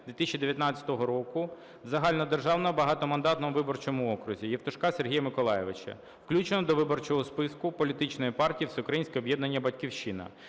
2019 року в загальнодержавному багатомандатному виборчому окрузі, Євтушка Сергія Миколайовича, включеного до виборчого списку політичної партії "Всеукраїнське об'єднання "Батьківщина".